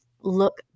look